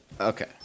Okay